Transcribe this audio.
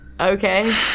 Okay